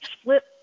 split